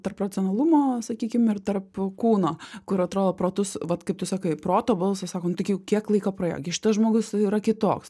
tarp racionalumo sakykim ir tarp kūno kur atrodo protus vat kaip tu sakai proto balsas sako nu taigi kiek laiko praėjo gi šitas žmogus yra kitoks